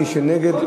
מי שנגד,